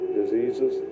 diseases